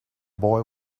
boy